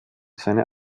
seine